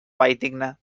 valldigna